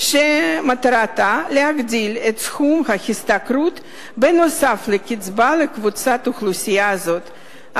שמטרתה להגדיל את סכום ההשתכרות נוסף על הקצבה לקבוצת האוכלוסייה הזאת,